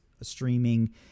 streaming